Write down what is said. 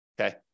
okay